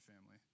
family